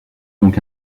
donc